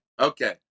okay